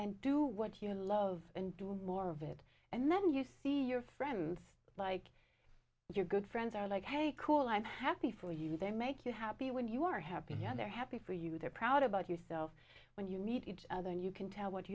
and do what you love and do more of it and then you see your friends like your good friends are like hey cool i'm happy for you they make you happy when you are happy and they're happy for you they're proud about yourself when you meet each other and you can tell what